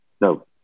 no